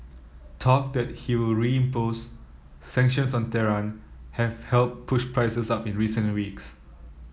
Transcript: talk that he will reimpose sanctions on Tehran have helped push prices up in recent weeks